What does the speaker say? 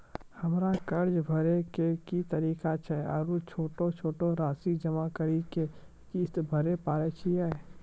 हमरा कर्ज भरे के की तरीका छै आरू छोटो छोटो रासि जमा करि के किस्त भरे पारे छियै?